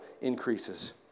increases